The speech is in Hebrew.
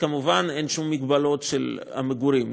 כמובן אין שום מגבלות של מגורים.